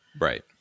Right